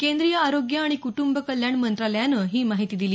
केंद्रीय आरोग्य आणि क्ट्रंब कल्याण मंत्रालयानं ही माहिती दिली